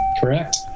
correct